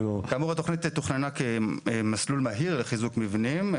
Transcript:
כאמור, התכנית תוכננה כמסלול מהיר לחיזוק מבנים.